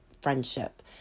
friendship